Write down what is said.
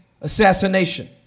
assassination